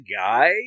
guy